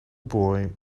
boy